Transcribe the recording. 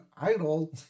Idol